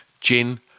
Gin